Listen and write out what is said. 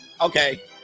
Okay